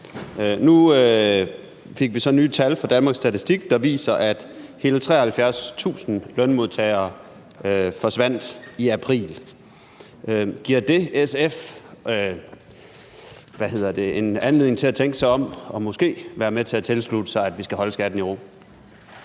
Nu fik vi så nye tal fra Danmarks Statistik, der viser, at hele 73.000 ikke længere var lønmodtagere i april. Giver det SF en anledning til at tænke sig om og måske være med til at tilslutte sig, at vi skal holde skatten i ro?